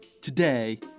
Today